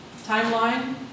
timeline